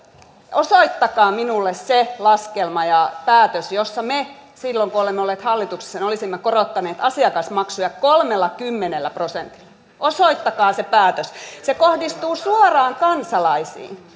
osoittakaa minulle se laskelma ja päätös jossa me silloin kun olemme olleet hallituksessa olisimme korottaneet asiakasmaksuja kolmellakymmenellä prosentilla osoittakaa se päätös se kohdistuu suoraan kansalaisiin